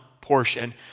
portion